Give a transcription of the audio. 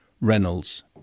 Reynolds